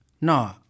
No